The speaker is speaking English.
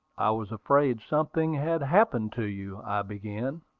i was afraid something had happened to you, i began.